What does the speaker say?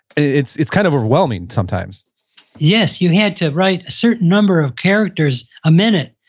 it's it's kind of overwhelming sometimes yes, you had to write a certain number of characters a minute.